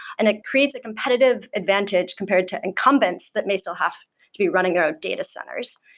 and it creates a competitive advantage compared to incumbents that may still have to be running ah data centers.